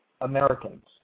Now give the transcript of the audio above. Americans